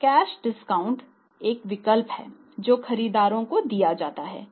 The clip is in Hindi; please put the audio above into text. कैश डिस्काउंट एक विकल्प है जो खरीदार को दिया जाता है